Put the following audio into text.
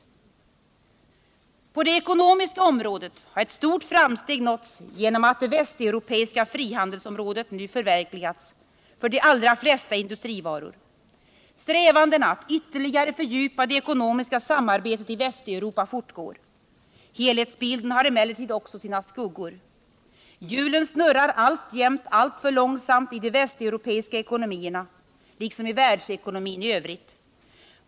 På det ekonomiska området har ett stort framsteg nåtts genom att det västeuropeiska frihandelsområdet nu förverkligats för de allra flesta industrivaror. Strävandena att ytterligare fördjupa det ekonomiska samarbetet i Västeuropa fortgår. Helhetsbilden har emellertid också sina skuggor. Hjulen snurrar alltjämt alltför långsamt i de västeuropeiska ekonomierna, liksom i världsekonomin i övrigt.